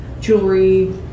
jewelry